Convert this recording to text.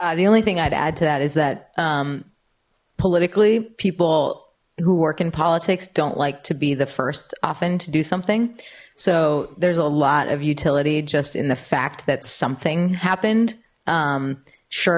the only thing i'd add to that is that politically people who work in politics don't like to be the first often to do something so there's a lot of utility just in the fact that something happened